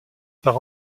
par